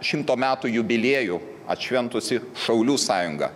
šimto metų jubiliejų atšventusi šaulių sąjunga